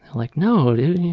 like, no dude,